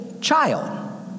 child